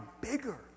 bigger